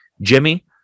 Jimmy